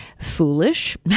foolish